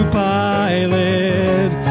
pilot